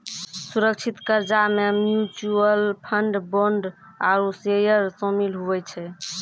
सुरक्षित कर्जा मे म्यूच्यूअल फंड, बोंड आरू सेयर सामिल हुवै छै